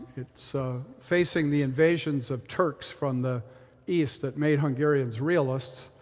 so facing the invasions of turks from the east that made hungarians realists.